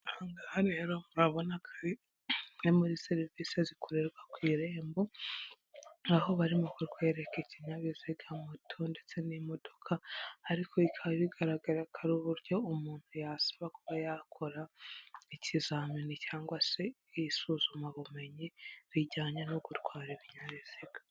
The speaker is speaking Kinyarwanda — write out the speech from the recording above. Aha ngaha hano rero murabona ko ari imwe muri serivisi zikorerwa ku Irembo aho barimo kukwereka ikinyabiziga moto ndetse n'imodoka ariko bikaba bigaragara ko ari uburyo umuntu yasaba kuba yakora ikizamini cyangwa se isuzumabumenyi bijyanye no gutwara ibinyabiziga.